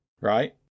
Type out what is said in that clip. right